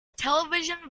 television